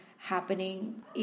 happening